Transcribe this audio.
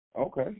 Okay